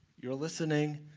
you are listening.